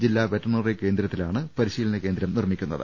ജില്ലാ വെറ്റിനറി കേന്ദ്രത്തിലാണ് പരിശീലന കേന്ദ്രം നിർമ്മിക്കുന്നത്